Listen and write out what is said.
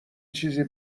چیزی